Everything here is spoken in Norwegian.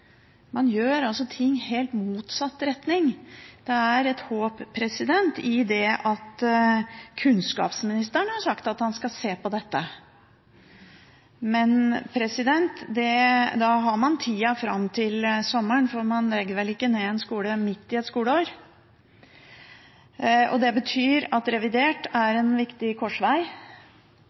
Man gjør altså ting i helt motsatt rekkefølge. Det er et håp i det at kunnskapsministeren har sagt at han skal se på dette, men da har man tida fram til sommeren, for man legger vel ikke ned en skole midt i et skoleår. Det betyr at revidert